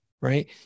right